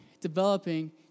developing